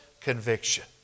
conviction